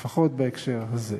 לפחות בהקשר הזה.